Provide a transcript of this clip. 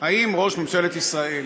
האם ראש ממשלת ישראל,